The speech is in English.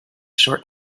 short